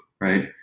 right